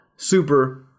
Super